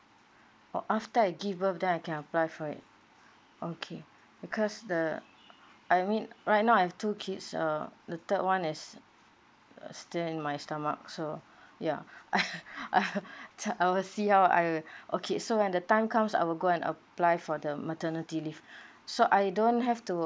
oh after I give birth then I can apply for it okay because the I mean right now I have two kids uh the third one is uh still in my stomach so ya I will see how I'll okay so when the time comes I will go and apply for the maternity leave so I don't have to